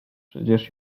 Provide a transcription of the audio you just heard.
przecież